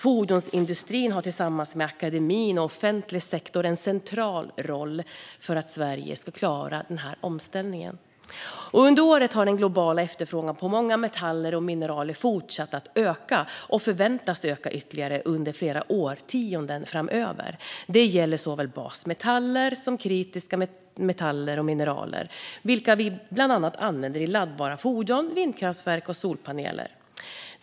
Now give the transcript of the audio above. Fordonsindustrin har tillsammans med akademin och offentlig sektor en central roll för att Sverige ska klara denna omställning. Under året har den globala efterfrågan på många metaller och mineral fortsatt att öka och förväntas öka ytterligare under flera årtionden framöver. Det gäller såväl basmetaller som kritiska metaller och mineral, vilka vi bland annat använder i laddbara fordon, vindkraftverk och solpaneler.